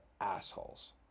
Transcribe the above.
assholes